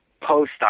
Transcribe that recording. post